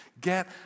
Get